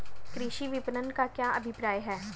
कृषि विपणन का क्या अभिप्राय है?